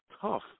tough